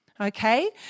okay